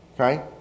Okay